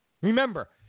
Remember